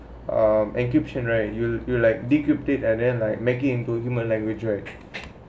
um encryption right you will you like disruptive and then like making into human language right